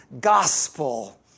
gospel